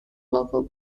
local